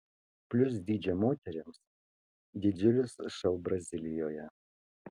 plius dydžio moterims didžiulis šou brazilijoje